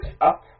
up